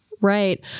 Right